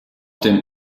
dem